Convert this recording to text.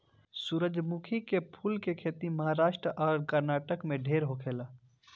सूरजमुखी के फूल के खेती महाराष्ट्र आ कर्नाटक में ढेर होखेला